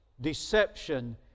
deception